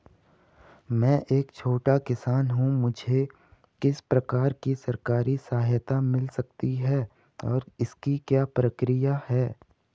मैं एक छोटा किसान हूँ मुझे किस प्रकार की सरकारी सहायता मिल सकती है और इसकी क्या प्रक्रिया है?